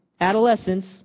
adolescence